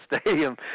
stadium